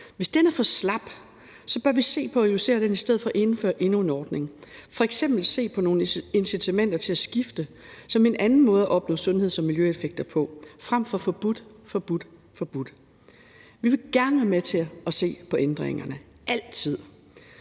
Hvis den er for slap, bør vi se på at justere den i stedet for at indføre endnu en ordning, f.eks. se på nogle incitamenter til at skifte, som en anden måde at opnå sundheds- og miljøeffekter på frem for at sige forbudt, forbudt, forbudt. Vi vil gerne være med til at se på ændringerne, altid.